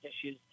issues